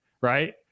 right